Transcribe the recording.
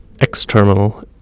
X-Terminal